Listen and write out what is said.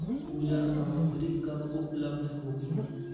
पूजा सामग्री कब उपलब्ध होगी